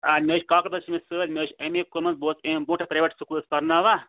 آ مےٚ حظ چھِ کاکَد ٲسۍ مٕتۍ سۭتۍ مےٚ حظ چھِ اٮ۪م اے کوٚرمُت بہٕ اوسُس امہِ بروںٛٹھٕ پرٛایویٹ سکوٗلَس پرناوان